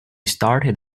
started